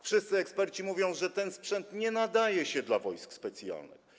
Wszyscy eksperci mówią, że ten sprzęt nie nadaje się dla Wojsk Specjalnych.